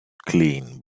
clean